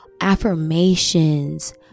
affirmations